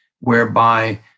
whereby